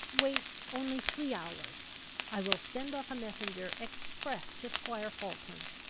wait only three hours i will send off a messenger express to squire falkland,